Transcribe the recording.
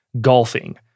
golfing